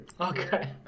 okay